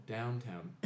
Downtown